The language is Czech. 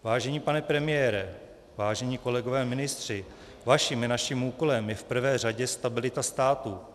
Vážený pane premiére, vážení kolegové ministři, vaším i naším úkolem je v prvé řadě stabilita státu.